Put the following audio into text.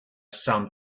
some